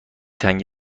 تنگ